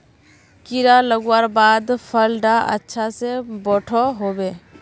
कीड़ा लगवार बाद फल डा अच्छा से बोठो होबे?